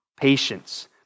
patience